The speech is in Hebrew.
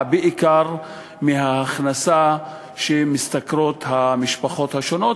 בעיקר מההכנסה שמשתכרות המשפחות השונות,